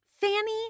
Fanny